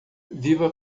viva